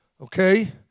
Okay